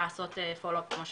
ולעשות פולו אפ כמו שצריך.